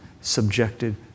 subjected